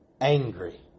angry